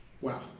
Wow